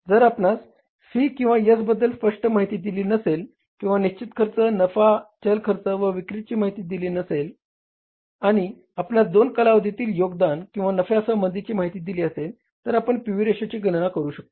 जर आपणास C किंवा S बद्दल स्पष्ट माहिती दिली नसेल किंवा निश्चित खर्च नफा चल खर्च व विक्रीची माहिती दिली नसेल आणि आपणास दोन कालावधीतील योगदान किंवा नफ्या संबंधीची माहिती दिली असेल तर आपण पीव्ही रेशोची गणना करू शकतो